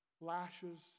lashes